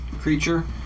creature